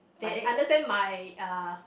they understand my uh